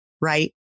right